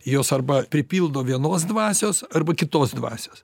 jos arba pripildo vienos dvasios arba kitos dvasios